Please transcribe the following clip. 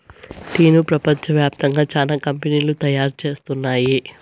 టీను ప్రపంచ వ్యాప్తంగా చానా కంపెనీలు తయారు చేస్తున్నాయి